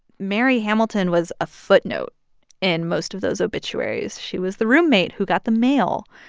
mary hamilton was a footnote in most of those obituaries. she was the roommate who got the mail.